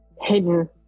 hidden